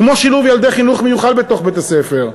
כמו שילוב ילדי חינוך מיוחד בתוך בית-הספר,